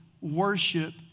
worship